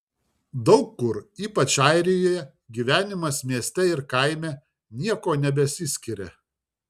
daug kur ypač airijoje gyvenimas mieste ir kaime niekuo nebesiskiria